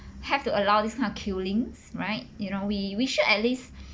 have to allow this kind of killings right you know we we should at least